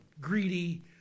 greedy